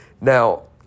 Now